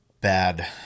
bad